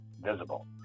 visible